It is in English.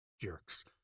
jerks